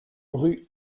rue